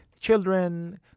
children